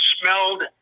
smelled